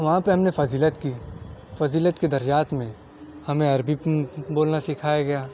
وہاں پہ ہم نے فضیلت کی فضیلت کے درجات میں ہمیں عربک بولنا سکھایا گیا